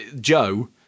joe